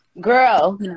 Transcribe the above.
Girl